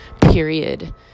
period